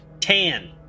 Tan